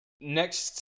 next